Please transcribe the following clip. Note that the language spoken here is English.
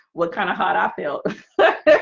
what kind of hot i feel